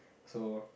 so